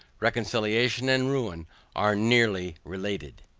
reconciliation and ruin are nearly related.